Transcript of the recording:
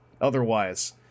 Otherwise